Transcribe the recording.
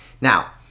now